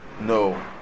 no